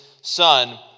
son